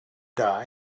die